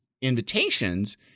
invitations